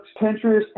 Pinterest